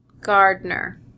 Gardner